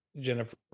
Jennifer